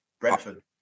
Brentford